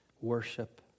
worship